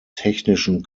technischen